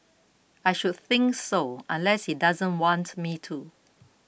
I should think so unless he doesn't want me to